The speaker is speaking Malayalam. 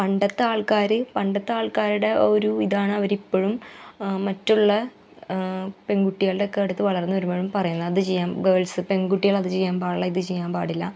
പണ്ടത്തെ ആൾക്കാർ പണ്ടത്തെ ആൾക്കാരുടെ ഒരു ഇതാണ് അവർ ഇപ്പോഴും മറ്റുള്ള പെൺകുട്ടികളുടെ ഒക്കെ അടുത്ത് വളർന്ന് വരുമ്പോഴും പറയുന്നത് അത് ചെയ്യാം ഗേൾസ് പെൺകുട്ടികൾ അത് ചെയ്യാൻ പാടില്ല ഇത് ചെയ്യാൻ പാടില്ല